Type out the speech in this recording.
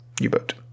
U-boat